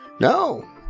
No